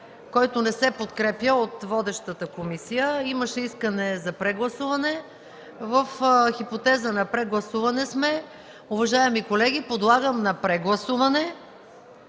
който не се подкрепя от водещата комисия. Имаше искане за прегласуване. В хипотеза на прегласуване сме. Уважаеми колеги, подлагам на прегласуване